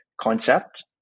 concept